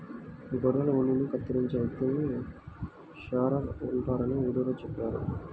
గొర్రెల ఉన్నిని కత్తిరించే వ్యక్తిని షీరర్ అంటారని వీడియోలో చెప్పారు